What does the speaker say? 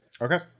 Okay